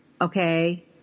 okay